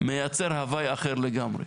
מייצר הווי אחר לגמרי.